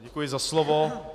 Děkuji za slovo.